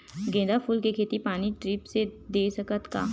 गेंदा फूल के खेती पानी ड्रिप से दे सकथ का?